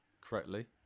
correctly